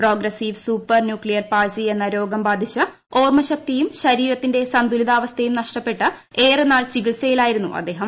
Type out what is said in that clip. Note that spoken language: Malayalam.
പ്രോഗ്രസീവ് സൂപ്പർ ന്യൂക്ലിയർ പാഴ്സി എന്ന രോഗം ബാധിച്ച് ഓർമ്മ ശക്തിയും ശരീരത്തിന്റെ സന്തുലിതാവസ്ഥയും നഷ്ടപ്പെട്ട് ഏറെ നാൾ ചികിത്സയിലായിരുന്നു അദ്ദേഹം